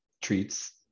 Treats